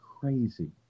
crazy